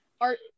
art